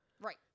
Right